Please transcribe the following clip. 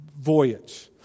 voyage